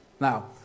Now